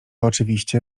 oczywiście